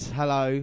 hello